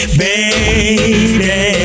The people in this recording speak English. baby